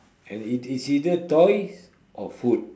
and it is either toys or food